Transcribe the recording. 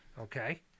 Okay